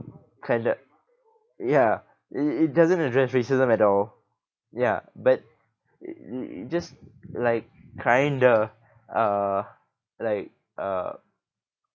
kind of ya it it doesn't address racism at all ya but y~ y~ y~ just like kind of uh like uh